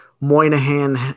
Moynihan